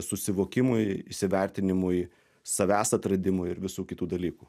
susivokimui įsivertinimui savęs atradimui ir visų kitų dalykų